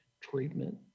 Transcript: treatment